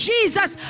Jesus